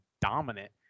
dominant